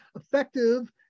effective